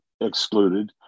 excluded